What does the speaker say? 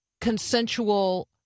consensual